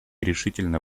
решительно